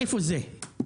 איפה זה עומד?